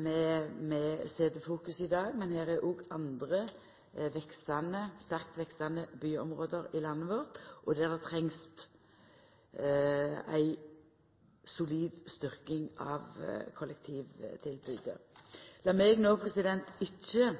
vi set i fokus i dag. Det er òg andre, sterkt veksande byområde i landet vårt der det trengst ei solid styrking av kollektivtilbodet. Lat meg no ikkje